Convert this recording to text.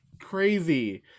Crazy